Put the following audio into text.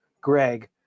Greg